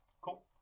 cool